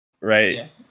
Right